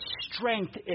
strength